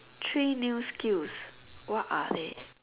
three new skills what are they